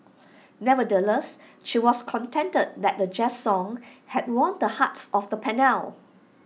nonetheless she was contented that A jazz song had won the hearts of the panel